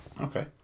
Okay